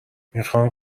میخان